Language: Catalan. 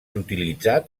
utilitzat